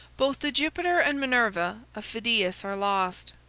both the jupiter and minerva of phidias are lost,